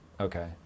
Okay